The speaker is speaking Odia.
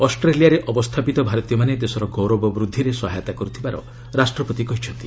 ଅଷ୍ଟ୍ରେଲିଆରେ ଅବସ୍ଥାପିତ ଭାରତୀୟମାନେ ଦେଶର ଗୌରବ ବୃଦ୍ଧିରେ ସହାୟତା କରୁଥିବାର ରାଷ୍ଟ୍ରପତି କହିଛନ୍ତି